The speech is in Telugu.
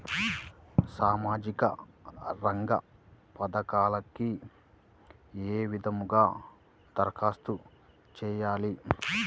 సామాజిక రంగ పథకాలకీ ఏ విధంగా ధరఖాస్తు చేయాలి?